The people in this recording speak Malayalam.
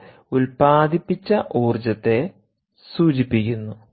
ഇത് ഉൽപാദിപ്പിച്ച ഊർജ്ജത്തെ സൂചിപ്പിക്കുന്നു